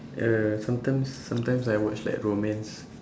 uh sometimes sometimes I watch like romance